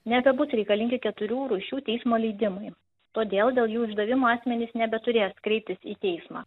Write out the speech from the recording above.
nebebus reikalingi keturių rūšių teismo leidimai todėl dėl jų išdavimo asmenys nebeturės kreiptis į teismą